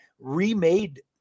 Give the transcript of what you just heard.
remade